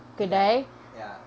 kedai ya